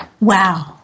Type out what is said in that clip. wow